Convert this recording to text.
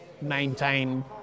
maintain